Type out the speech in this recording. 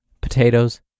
potatoes